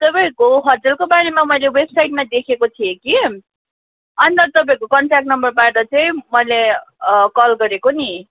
तपाईँहरूको होटलकोबारेमा मैले वेबसाइटमा देखेको थिएँ कि अन्त तपाईँहरूको कन्ट्याक्ट नम्बर पाएर चाहिँ मैले कल गरेको नि